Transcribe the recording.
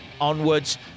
onwards